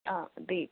ആ ദീ